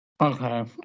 Okay